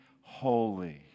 holy